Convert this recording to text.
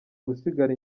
gusigara